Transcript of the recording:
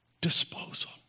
disposal